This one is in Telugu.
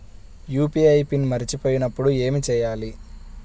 యూ.పీ.ఐ పిన్ మరచిపోయినప్పుడు ఏమి చేయాలి?